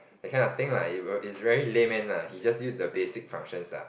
that kind of thing lah he's very layman ah he just use the basic functions lah